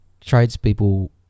tradespeople